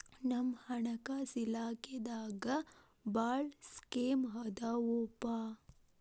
ನಮ್ ಹಣಕಾಸ ಇಲಾಖೆದಾಗ ಭಾಳ್ ಸ್ಕೇಮ್ ಆದಾವೊಪಾ